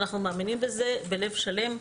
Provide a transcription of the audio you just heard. ואנחנו מאמינים בזה בלב שלם.